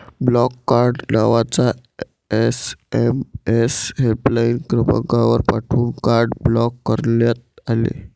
block card नावाचा SMS helpline क्रमांकावर पाठवून कार्ड ब्लॉक करण्यात आले